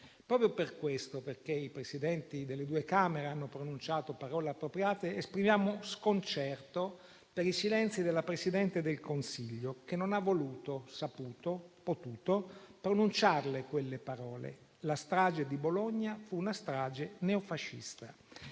proprio perché i Presidenti delle due Camere hanno pronunciato parole appropriate, esprimiamo sconcerto per il silenzio della Presidente del Consiglio, che non ha voluto, saputo, potuto pronunciarle, quelle parole: la strage di Bologna fu una strage neofascista.